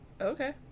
Okay